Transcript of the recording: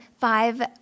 five –